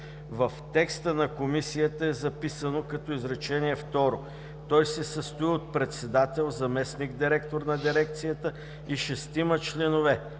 В текста на Комисията е записано като изречение второ: „Той се състои от председател – заместник-директор на дирекцията, и шестима членове